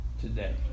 today